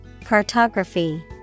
Cartography